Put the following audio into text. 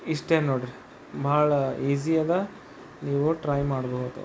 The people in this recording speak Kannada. ಇಷ್ಟೆ ನೋಡ್ರಿ ಬಹಳ ಈಸಿ ಅದ ನೀವು ಟ್ರೈ ಮಾಡ್ಬೋದು